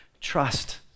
trust